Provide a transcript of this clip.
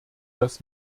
das